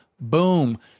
boom